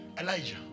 Elijah